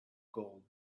gold